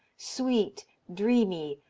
sweet, dreamy,